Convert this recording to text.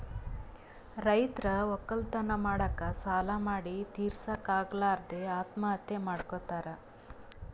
ರೈತರ್ ವಕ್ಕಲತನ್ ಮಾಡಕ್ಕ್ ಸಾಲಾ ಮಾಡಿ ತಿರಸಕ್ಕ್ ಆಗಲಾರದೆ ಆತ್ಮಹತ್ಯಾ ಮಾಡ್ಕೊತಾರ್